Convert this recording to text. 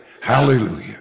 Hallelujah